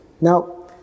Now